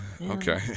Okay